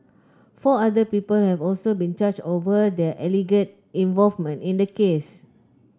four other people have also been charged over their alleged involvement in the case